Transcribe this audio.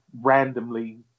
randomly